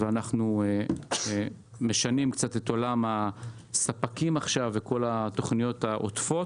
ואנחנו משנים קצת את עולם הספקים וכל התוכניות העודפות,